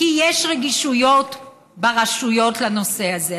כי יש רגישויות ברשויות לנושא הזה.